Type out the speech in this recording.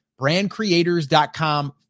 brandcreators.com